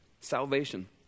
salvation